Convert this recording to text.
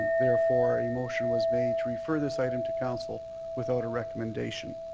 therefore a motion was made to refer this item to council without a recommendation.